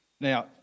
now